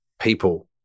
people